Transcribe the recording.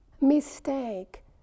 mistake